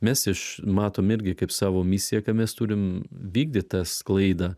mes iš matom irgi kaip savo misiją kad mes turim vykdyt tą sklaidą